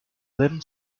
then